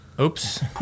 Oops